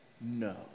no